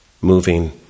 moving